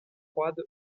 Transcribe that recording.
froide